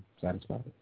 satisfied